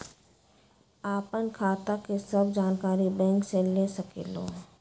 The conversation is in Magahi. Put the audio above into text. आपन खाता के सब जानकारी बैंक से ले सकेलु?